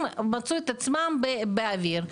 הם מצאו עצמם באוויר.